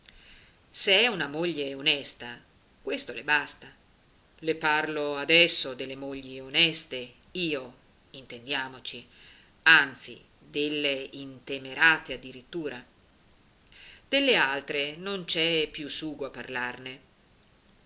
se è una moglie onesta questo le basta le parlo adesso delle mogli oneste io intendiamoci anzi delle intemerate addirittura delle altre non c'è più sugo a parlarne